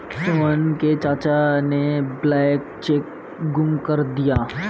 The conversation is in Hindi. सोहन के चाचा ने ब्लैंक चेक गुम कर दिया